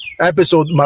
episode